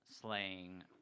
slaying